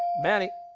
manny?